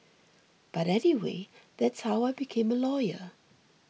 but anyway that's how I became a lawyer